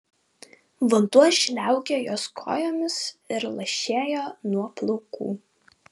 vanduo žliaugė jos kojomis ir lašėjo nuo plaukų